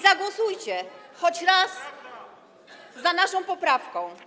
Zagłosujcie choć raz za naszą poprawką.